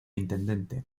intendente